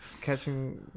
catching